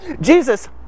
Jesus